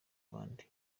abandi